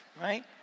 Right